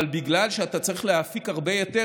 אבל בגלל שאתה צריך להפיק הרבה יותר,